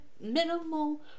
minimal